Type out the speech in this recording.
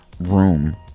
room